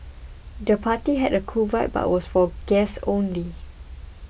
the party had a cool vibe but was for guests only